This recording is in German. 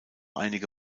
einige